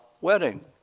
wedding